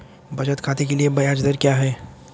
बचत खाते के लिए ब्याज दर क्या है?